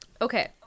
Okay